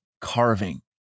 carving